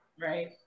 Right